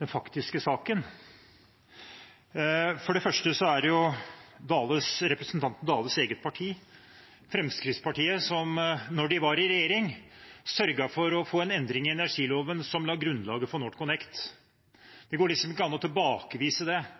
den faktiske saken. For det første var det representanten Dales eget parti, Fremskrittspartiet, som da de var i regjering, sørget for å få en endring i energiloven som la grunnlaget for NorthConnect. Det går ikke an å tilbakevise det.